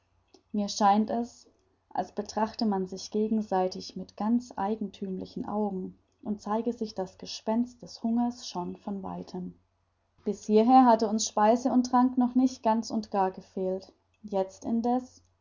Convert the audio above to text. mir scheint es als betrachte man sich gegenseitig mit ganz eigenthümlichen augen und zeige sich das gespenst des hungers schon von weitem bis hierher hatte uns speise und trank noch nicht ganz und gar gefehlt jetzt indeß